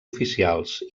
oficials